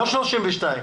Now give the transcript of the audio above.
לא 32,